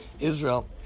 Israel